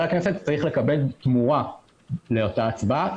הכנסת צריך לקבל תמורה לאותה הצבעה,